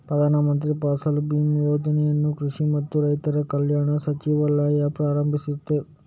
ಪ್ರಧಾನ ಮಂತ್ರಿ ಫಸಲ್ ಬಿಮಾ ಯೋಜನೆಯನ್ನು ಕೃಷಿ ಮತ್ತು ರೈತರ ಕಲ್ಯಾಣ ಸಚಿವಾಲಯವು ಪ್ರಾರಂಭಿಸಿತು